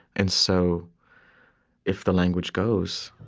and so if the language goes,